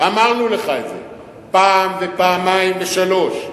ואמרנו לך את זה פעם ופעמיים ושלוש פעמים,